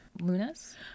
LUNAS